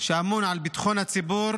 על ביטחון הציבור